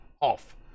off